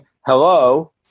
hello